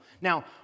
Now